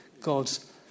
God's